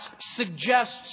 suggests